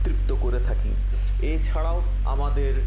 তৃপ্ত করে থাকি এছাড়াও আমাদের